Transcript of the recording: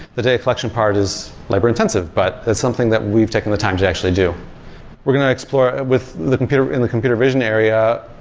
the data collection part is labor intensive, but it's something that we've taken the time to actually do we're going to explore with the computer in the computer vision area,